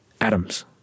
Atoms